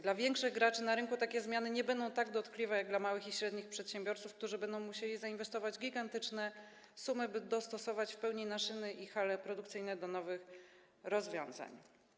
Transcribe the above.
Dla większych graczy na rynku takie zmiany nie będą tak dotkliwe jak dla małych i średnich przedsiębiorców, którzy będą musieli zainwestować gigantyczne sumy, by w pełni dostosować maszyny i hale produkcyjne do nowych rozwiązań.